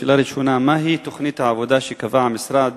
שאלה ראשונה: מהי תוכנית העבודה שקבע המשרד